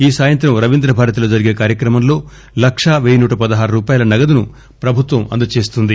ఈ సాయంత్రం రవీంద్రభారతిలో జరిగే కార్యక్రమంలో లక్షా పెయ్యి నూట పదహారు రూపాయల నగదును ప్రభుత్వం అంద చేస్తుంది